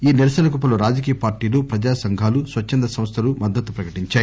ఈ నిరసనకు పలు రాజకీయ పార్టీలు ప్రజా సంఘాలు స్వచ్చంద సంస్థలు మద్గతు ప్రకటించాయి